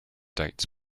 dates